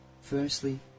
Firstly